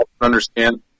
understand